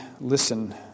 listen